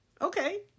Okay